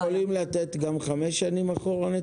אתם יכולים לתת נתונים גם חמש שנים אחורה?